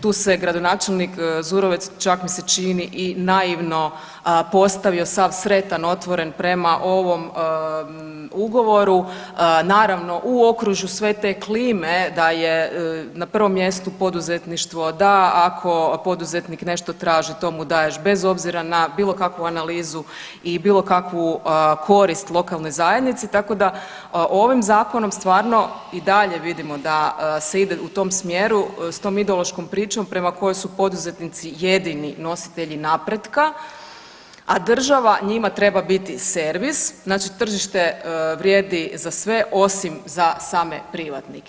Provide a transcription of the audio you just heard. Tu se gradonačelnik Zurovec čak mi se čini i naivno postavio sav sretan otvoren prema ovom ugovoru, naravno u okružju sve te klime da je na prvom mjestu poduzetništvo, da ako poduzetnik nešto traži to mu daješ bez obzira na bilo kakvu analizu i bilo kakvu korist lokalne zajednice tako da ovim zakonom stvarno i dalje vidimo da se ide u tom smjeru s tom ideološkom pričom prema kojoj su poduzetnici jedini nositelji napretka, a država njima treba biti servis znači tržište vrijedi za sve osim za same privatnike.